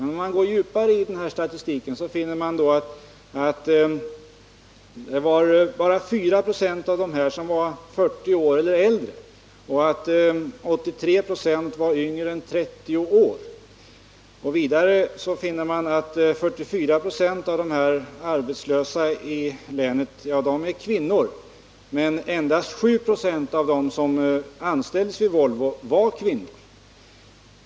Men om man går djupare in i den här statistiken, finner man att bara 4 96 av de anställda var 40 år eller äldre och att 83 26 var yngre än 30 år. 44 96 av de arbetslösa i länet är kvinnor. Men endast 7 96 av dem som anställdes vid Volvo var kvinnor.